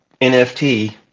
nft